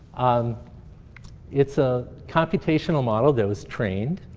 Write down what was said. um it's a computational model that was trained.